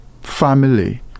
family